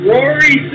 Rory